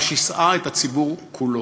ושיסעה את הציבור כולו.